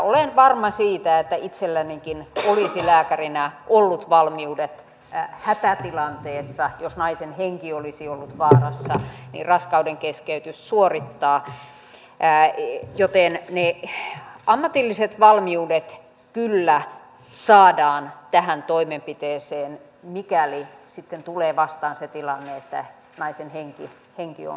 olen varma siitä että itsellänikin olisi lääkärinä ollut valmiudet hätätilanteessa jos naisen henki olisi ollut vaarassa raskaudenkeskeytys suorittaa joten ne ammatilliset valmiudet kyllä saadaan tähän toimenpiteeseen mikäli sitten tulee vastaan se tilanne että naisen henki on uhattuna